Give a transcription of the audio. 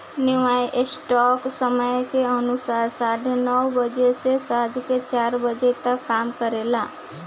New York stock समय के अनुसार साढ़े नौ बजे से सांझ के चार बजे तक काम करेला